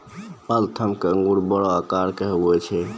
Waltham के अंगूर बड़ो आकार के हुवै छै